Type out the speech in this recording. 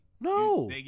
no